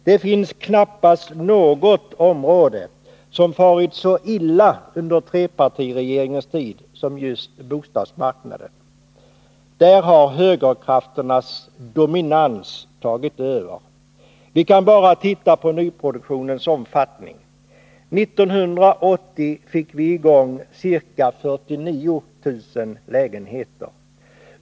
Det finns knappast något område som farit så illa under trepartiregeringens tid som just bostadsmarknaden. Där har högerkrafternas dominans tagit över. Vi kan bara titta på nyproduktionens omfattning. 1980 fick vi i gång ca 49 000 lägenheter.